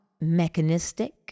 mechanistic